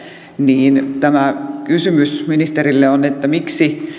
niin tämä kysymys ministerille on miksi